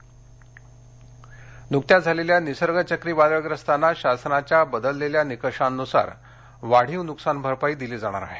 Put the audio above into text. रत्नागिरी नुकत्याच झालेल्या निसर्ग चक्रीवादळग्रस्तांना शासनाच्या बदललेल्या निकषांनुसार वाढीव नुकसानभरपाई दिली जाणार आहे